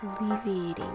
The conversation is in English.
alleviating